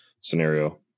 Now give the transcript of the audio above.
scenario